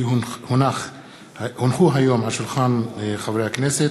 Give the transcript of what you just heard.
כי הונחו היום על שולחן הכנסת,